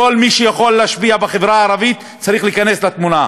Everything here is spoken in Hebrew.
כל מי שיכול להשפיע בחברה הערבית צריך להיכנס לתמונה.